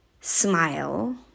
smile